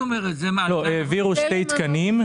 העבירו שני תקנים.